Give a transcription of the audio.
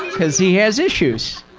cause he has issues!